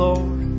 Lord